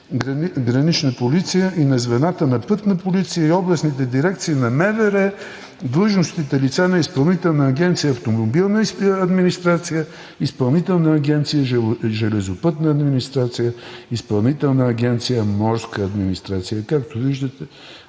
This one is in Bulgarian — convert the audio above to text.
„Гранична полиция“ и на звената на „Пътна полиция“ и областните дирекции на МВР, длъжностните лица на Изпълнителна агенция „Автомобилна администрация“, Изпълнителна агенция „Железопътна администрация“, Изпълнителна агенция „Морска администрация“. Както виждате,